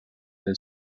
del